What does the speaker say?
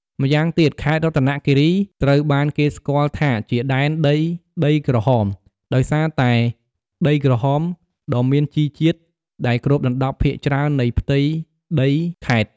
ម្យ៉ាងទៀត ខេត្តរតនគិរីត្រូវបានគេស្គាល់ថាជា "ដែនដីដីក្រហម" ដោយសារតែ ដីក្រហមដ៏មានជីជាតិ ដែលគ្របដណ្ដប់ភាគច្រើននៃផ្ទៃដីខេត្ត។